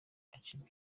acibwa